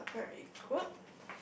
uh very good